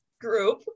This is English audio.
group